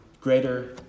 greater